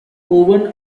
owen